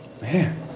Man